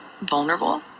vulnerable